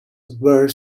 were